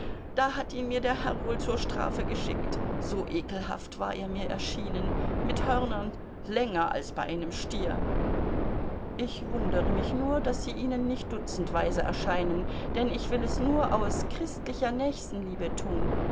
da hat ihn mir der herr wohl zur strafe geschickt so ekelhaft war er mir erschienen mit hörnern länger als bei einem stier ich wundere mich nur daß sie ihnen nicht dutzendweise erscheinen denn ich will es nur aus christlicher nächstenliebe tun